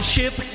ship